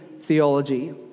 theology